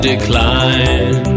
decline